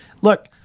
look